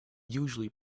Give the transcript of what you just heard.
usually